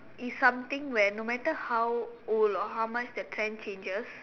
is something where no matter how old or how much the trend changes